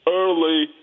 early